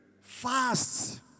fast